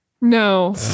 No